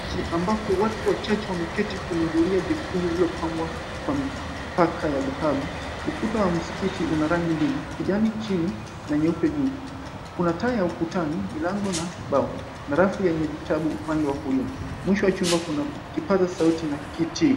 Kwenye msikiti ambapo watu wachache wameketi kwenye zulia jekundu lililopangwa kwa mipaka ya dhahabu. Ukuta wa msikiti una rangi mbili; kijani chini na nyeupe juu. Kuna taa ukutani, milango, na mbao. Rafu yenye vitabu upande wa kulia. Mwisho wa chumba kuna kipazasauti na kiti.